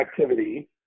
activity